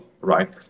right